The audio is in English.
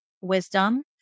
wisdom